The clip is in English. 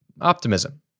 Optimism